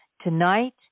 Tonight